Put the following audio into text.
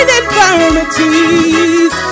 infirmities